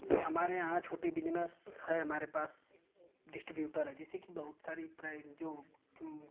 हमारे यहाँ छोटा बिज़नेस है हमारे पास डिस्ट्रिब्यूटर हैं जिससे कि बहुत सारे जो कि